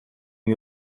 aux